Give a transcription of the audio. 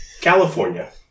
California